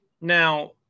Now